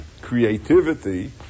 creativity